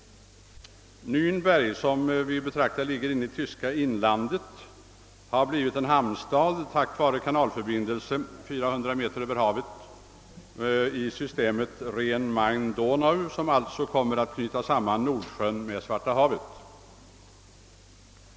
Närnberg, som ligger inne i tyska inlandet, har blivit en hamnstad tack vare en kanalförbindelse 400 meter över havet i systemet Rhen—Main—Donau, som alltså kommer att knyta samman Nordsjön med Svarta havet.